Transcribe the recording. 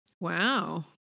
wow